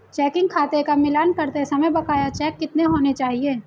Checking खाते का मिलान करते समय बकाया चेक कितने होने चाहिए?